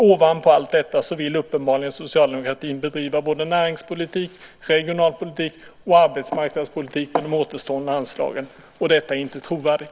Ovanpå allt detta vill uppenbarligen Socialdemokraterna bedriva näringspolitik, regionalpolitik och arbetsmarknadspolitik om de återstående anslagen. Detta är inte trovärdigt.